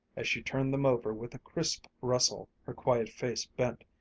as she turned them over with a crisp rustle, her quiet face bent,